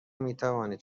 میتوانید